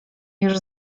już